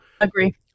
Agree